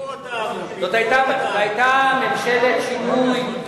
זאת היתה ממשלת שינוי,